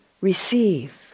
receive